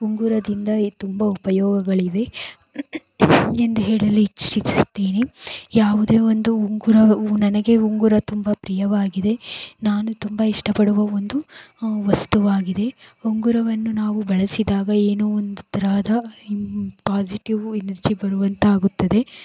ಉಂಗುರದಿಂದ ತುಂಬ ಉಪಯೋಗಗಳಿವೆ ಎಂದು ಹೇಳಲು ಇಚ್ಛಿಸುತ್ತೇನೆ ಯಾವುದೇ ಒಂದು ಉಂಗುರವು ನನಗೆ ಉಂಗುರ ತುಂಬ ಪ್ರಿಯವಾಗಿದೆ ನಾನು ತುಂಬ ಇಷ್ಟಪಡುವ ಒಂದು ವಸ್ತುವಾಗಿದೆ ಉಂಗುರವನ್ನು ನಾವು ಬಳಸಿದಾಗ ಏನೋ ಒಂದು ತರಹದ ಪಾಸಿಟಿವ್ ಎನರ್ಜಿ ಬರುವಂತಾಗುತ್ತದೆ